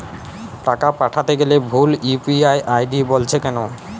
টাকা পাঠাতে গেলে ভুল ইউ.পি.আই আই.ডি বলছে কেনো?